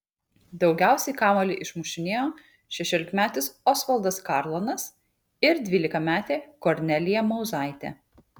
daugiausiai kamuolį išmušinėjo šešiolikmetis osvaldas karlonas ir dvylikametė kornelija mauzaitė